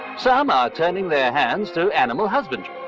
some are turning their hands to animal husbandry,